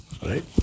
Right